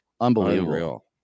Unbelievable